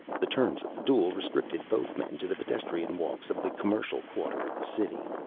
the terms of the duel restricted both men to the pedestrian walks of the commercial quarter of the city.